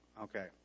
Okay